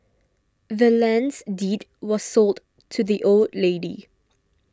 the land's deed was sold to the old lady